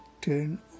turn